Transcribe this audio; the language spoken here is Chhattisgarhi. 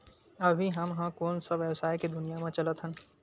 अभी हम ह कोन सा व्यवसाय के दुनिया म चलत हन?